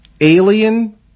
alien